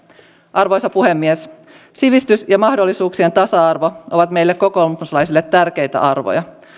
arvoisa puhemies sivistys ja mahdollisuuksien tasa arvo ovat meille kokoomuslaisille tärkeitä arvoja